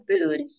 food